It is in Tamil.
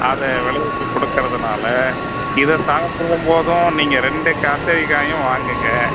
அதை விளைவிச்சி கொடுக்கறதுனால இதை சாப்பிடும் போதும் நீங்கள் ரெண்டு கத்திரிக்காயும் வாங்குங்க